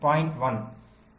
1